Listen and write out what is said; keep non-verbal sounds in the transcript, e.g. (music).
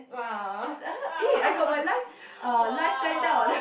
!wah! (laughs) !wah!